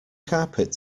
carpet